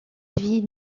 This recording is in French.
vie